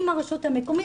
עם הרשות המקומית,